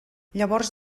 llavors